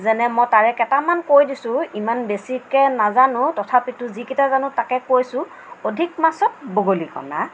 যেনে মই তাৰে কেইটামান কৈ দিছোঁ ইমান বেছিকৈ নাজানো তথাপিতো যিকেইটা জানো তাকে কৈছোঁ অধিক মাছত বগলী কণা